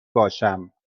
باشم